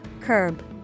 curb